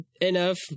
enough